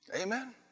Amen